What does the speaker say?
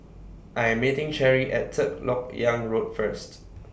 I Am meeting Cherri At Third Lok Yang Road First